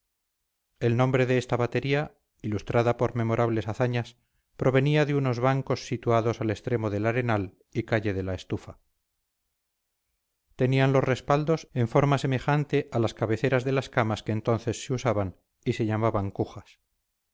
el nombre de esta batería ilustrada por memorables hazañas provenía de unos bancos situados al extremo del arenal y calle de la estufa tenían los respaldos en forma semejante a las cabeceras de las camas que entonces se usaban y se llamaban cujas